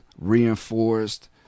reinforced